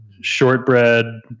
Shortbread